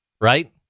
right